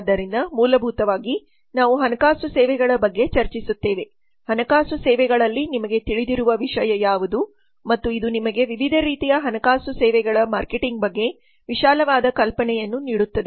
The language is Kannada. ಆದ್ದರಿಂದ ಮೂಲಭೂತವಾಗಿ ನಾವು ಹಣಕಾಸು ಸೇವೆಗಳ ಬಗ್ಗೆ ಚರ್ಚಿಸುತ್ತೇವೆ ಹಣಕಾಸು ಸೇವೆಗಳಲ್ಲಿ ನಿಮಗೆ ತಿಳಿದಿರುವ ವಿಷಯ ಯಾವುದು ಮತ್ತು ಇದು ನಿಮಗೆ ವಿವಿಧ ರೀತಿಯ ಹಣಕಾಸು ಸೇವೆಗಳ ಮಾರ್ಕೆಟಿಂಗ್ ಬಗ್ಗೆ ವಿಶಾಲವಾದ ಕಲ್ಪನೆಯನ್ನು ನೀಡುತ್ತದೆ